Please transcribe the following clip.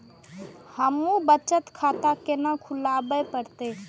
हमू बचत खाता केना खुलाबे परतें?